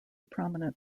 prominent